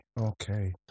okay